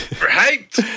right